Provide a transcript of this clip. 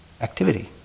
activity